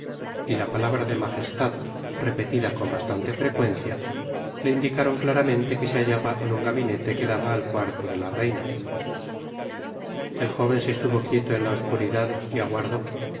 y la palabra de magestad repetida con bastante frecuencia le indicaron claramente que se hallaba en un gabinete que daba al cuarto de la reina el jóven se estuvo quietoen la oscuridad y aguardó la